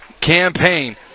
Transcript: campaign